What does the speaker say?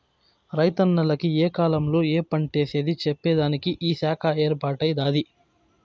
రైతన్నల కి ఏ కాలంలో ఏ పంటేసేది చెప్పేదానికి ఈ శాఖ ఏర్పాటై దాది